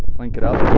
link it up,